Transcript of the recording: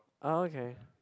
oh okay